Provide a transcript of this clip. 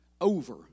Over